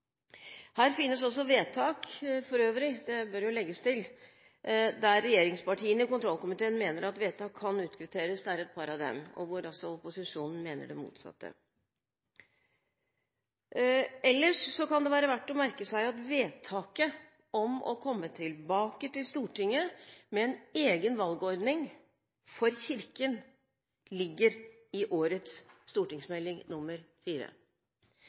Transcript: for øvrig vedtak, det bør jo legges til, der regjeringspartiene i kontrollkomiteen mener at vedtak kan utkvitteres – det er et par av dem – hvor opposisjonen mener det motsatte. Ellers kan det være verdt å merke seg at vedtaket om å komme tilbake til Stortinget med en egen valgordning for Kirken ligger inne i årets